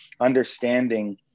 understanding